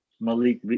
Malik